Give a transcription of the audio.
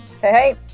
Hey